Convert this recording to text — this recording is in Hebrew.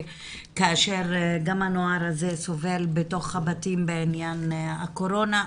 כאשר גם הנוער הזה סובל בתוך הבתים בעניין הקורונה.